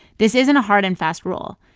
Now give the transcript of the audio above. this isn't a hard-and-fast rule.